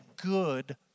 good